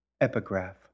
Epigraph